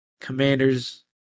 Commanders